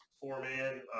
four-man